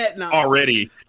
already